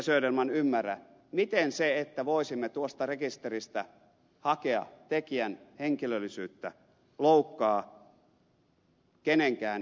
söderman ymmärrä miten se että voisimme tuosta rekisteristä hakea tekijän henkilöllisyyt tä loukkaa kenenkään ihmisoikeuksia